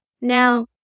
Now